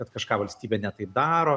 kad kažką valstybė ne taip daro